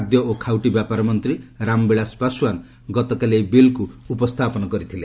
ଖାଦ୍ୟ ଓ ଖାଉଟି ବ୍ୟାପାର ମନ୍ତ୍ରୀ ରାମବିଳାଶ ପାଶଓ୍ୱାନ୍ ଗତକାଲି ଏହି ବିଲ୍କୁ ଉପସ୍ଥାପନ କରିଥିଲେ